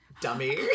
dummy